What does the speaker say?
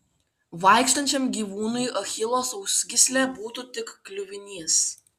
vaikštančiam gyvūnui achilo sausgyslė būtų tik kliuvinys